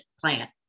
plant